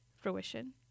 fruition